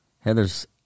Heather's